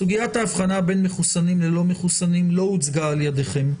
סוגיית ההבחנה בין מחוסנים ללא מחוסנים לא הוצגה על ידיכם.